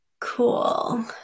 Cool